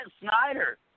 Snyder